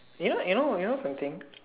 you know you know something